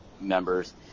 members